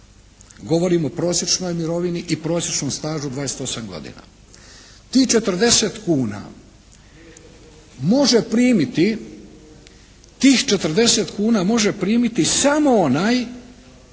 Govorim o prosječnoj mirovini i prosječnom stažu 28 godina. Tih 40 kuna može primiti samo onaj